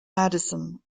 madison